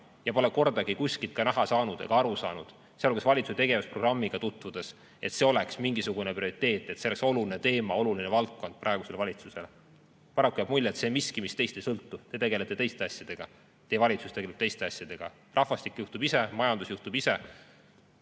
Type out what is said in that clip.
ja pole kordagi kuskilt ka näha saanud ega aru saanud, sealhulgas valitsuse tegevusprogrammiga tutvudes, et see oleks mingisugune prioriteet, et see oleks oluline teema, oluline valdkond praegusele valitsusele. Paraku jääb mulje, et see on miski, mis teist ei sõltu. Te tegelete teiste asjadega. Teie valitsus tegeleb teiste asjadega, rahvastiku puhul juhtuvad asjad ise,